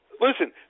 Listen